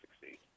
succeed